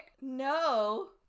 No